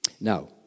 Now